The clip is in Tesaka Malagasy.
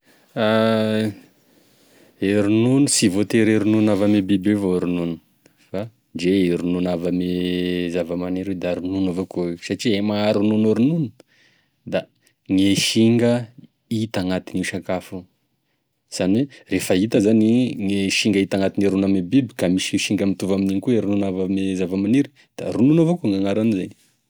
E ronono sy voatery e ronono avy ame biby evao e ronono, fa ndre gne ronono azo avy ame zavamaniry io da ronono evakoa io, satria e maha ronono e ronono da gny e singa hita agnatin'io sakafo io, izany hoe rehefa hita zany gne singa hita agnatine ronono ame biby ka misy singa mitovy aminigny koa gne e ronono avy ame zavamaniry da ronono evakoa gn'agnaran'izay.